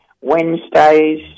Wednesdays